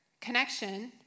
connection